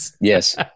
Yes